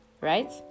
Right